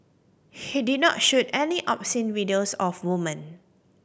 he did not shoot any obscene videos of woman